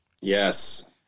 Yes